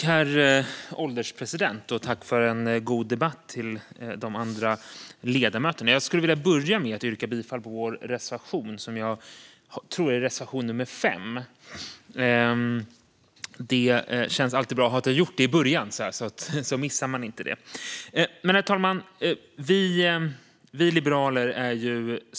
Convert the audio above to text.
Herr ålderspresident! Jag tackar de andra ledamöterna för en god debatt. Jag yrkar bifall till vår reservation, nummer 5. Det känns alltid bra att göra det i början så att jag inte missar det. Herr ålderspresident!